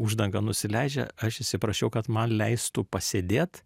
uždanga nusileidžia aš išsiprašiau kad man leistų pasėdėt